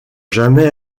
jamais